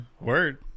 Word